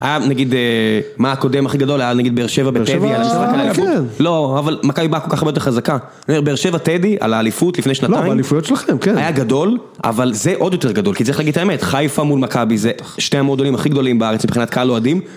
היה נגיד, מה הקודם הכי גדול היה נגיד בר שבע בטאבי על השפעה כאלה? כן. לא, אבל מכבי באה כל כך הרבה יותר חזקה. נגיד, בר שבע טאבי על האליפות לפני שנתיים. לא, באליפויות שלכם, כן. היה גדול, אבל זה עוד יותר גדול. כי אתה צריך להגיד את האמת, חיפה מול מכבי זה שתי המודלים הכי גדולים בארץ מבחינת קהל אוהדים.